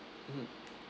mm